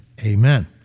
Amen